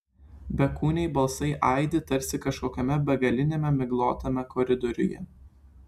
bekūniai balsai aidi tarsi kažkokiame begaliniame miglotame koridoriuje